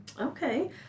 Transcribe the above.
Okay